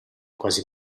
quasi